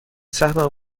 سهمم